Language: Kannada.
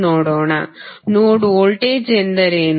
ನೋಡ್ ವೋಲ್ಟೇಜ್ ಎಂದರೇನು